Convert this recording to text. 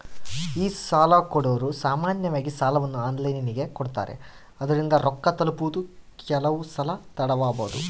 ಈ ಸಾಲಕೊಡೊರು ಸಾಮಾನ್ಯವಾಗಿ ಸಾಲವನ್ನ ಆನ್ಲೈನಿನಗೆ ಕೊಡುತ್ತಾರೆ, ಆದುದರಿಂದ ರೊಕ್ಕ ತಲುಪುವುದು ಕೆಲವುಸಲ ತಡವಾಬೊದು